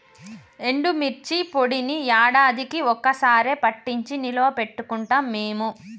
ఎండుమిర్చి పొడిని యాడాదికీ ఒక్క సారె పట్టించి నిల్వ పెట్టుకుంటాం మేము